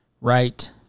right